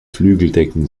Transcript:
flügeldecken